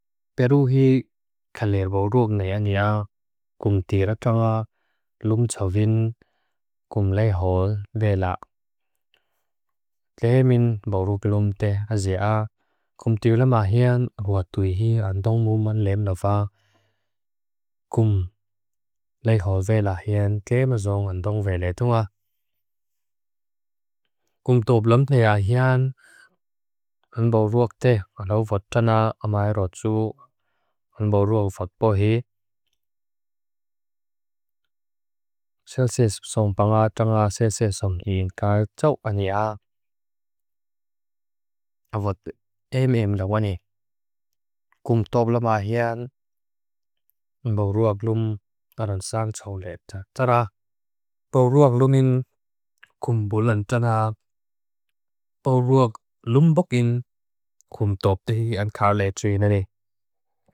Peruhi kaler boruak ngaya ngia, kum tira kanga lum tsao vin, kum lay hol ve la. Ke min boruak lum teh azia, kum tilam ahian hua tuihi andong muman lem lafa. Kum lay hol ve la ahian, ke mazong andong ve le tunga. Kum tob lum teh ahian, an boruak teh alaw vat tana amai rotu. An boruak vat bohi, selses song panga, tanga, selses song hii, ngakang tsao anya. A vat em em la wani. Kum tob lum ahian, an boruak lum naransang tsao lep. Tara, boruak lum nin, kum bulan tsa na. Boruak lum bog in, kum tob tehi an karele tui nane.